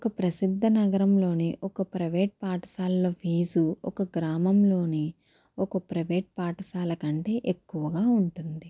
ఒక ప్రసిద్ధ నగరంలోనే ఒక ప్రైవేట్ పాఠశాలల ఫీజు ఒక గ్రామంలోని ఒక ప్రైవేట్ పాఠశాల కంటే ఎక్కువగా ఉంటుంది